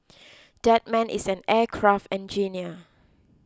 that man is an aircraft engineer